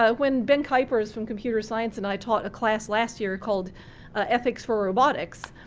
ah when ben kuipers from computer science and i taught a class last year called ethics for robotics,